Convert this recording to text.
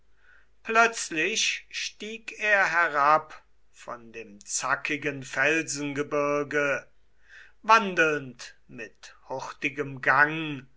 plötzlich stieg er herab von dem zackigen felsengebirge wandelnd mit hurtigem gang